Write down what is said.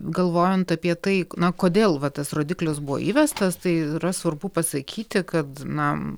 galvojant apie tai na kodėl va tas rodiklis buvo įvestas tai yra svarbu pasakyti kad na